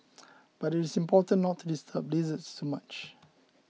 but it is important not to disturb lizards too much